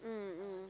mm mm mm mm